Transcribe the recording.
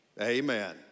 amen